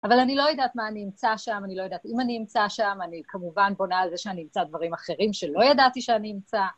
אבל אני לא יודעת מה אני אמצא שם, אני לא יודעת אם אני אמצא שם, אני כמובן בונה על זה שאני אמצא דברים אחרים שלא ידעתי שאני אמצא.